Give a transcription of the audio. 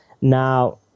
Now